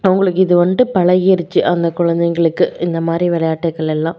அவங்களுக்கு இது வந்துட்டு பழகிருச்சு அந்த குழந்தைங்களுக்கு இந்த மாதிரி விளையாட்டுக்கள் எல்லாம்